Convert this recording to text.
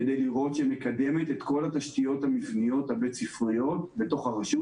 כדי לראות שהיא מקדמת את כל התשתיות המבניות הבית ספריות בתוך הרשות.